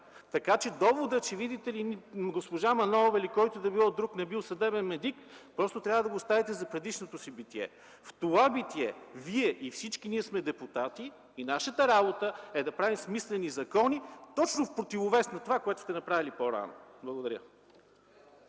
Така че доводът, видите ли, че госпожа Манолова или който и да било друг не бил съдебен медик, просто трябва да го оставите за предишното си битие. В това битие Вие и всички ние сме депутати и нашата работа е да правим смислени закони точно в противовес на това, което сте направили по-рано. Благодаря